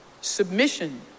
submission